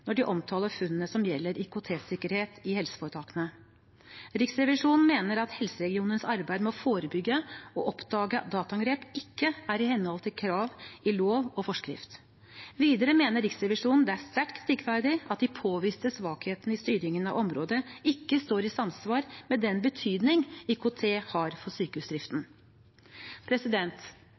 når de omtaler funnene som gjelder IKT-sikkerhet i helseforetakene. Riksrevisjonen mener helseregionenes arbeid med å forebygge og oppdage dataangrep ikke er i henhold til krav i lov og forskrift. Videre mener Riksrevisjonen det er sterkt kritikkverdig at de påviste svakhetene i styringen av området ikke står i samsvar med den betydning IKT har for sykehusdriften.